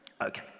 Okay